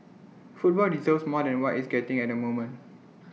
football deserves more than what it's getting at moment